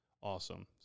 awesome